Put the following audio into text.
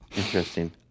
Interesting